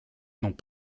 n’ont